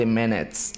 minutes